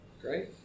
Great